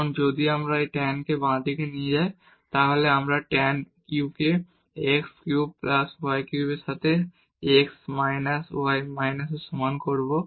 কারণ যদি আমরা এই tan টিকে বাম দিকে নিয়ে যাই তাহলে আমরা tan u কে x cube plus y cube এর সাথে x মাইনাস y এর সমান করব